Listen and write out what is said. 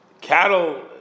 cattle